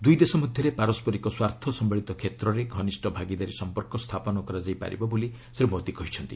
ଦୁଇ ଦେଶ ମଧ୍ୟରେ ପାରସ୍କରିକ ସ୍ୱାର୍ଥ ସମ୍ଭଳିତ କ୍ଷେତ୍ରରେ ଘନିଷ୍ଠ ଭାଗିଦାରୀ ସମ୍ପର୍କ ସ୍ଥାପନ କରାଯାଇ ପାରିବ ବୋଲି ଶ୍ରୀ ମୋଦୀ କହିଛନ୍ତି